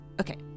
Okay